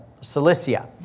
Cilicia